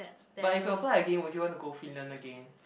but if you apply again would you want to go Finland again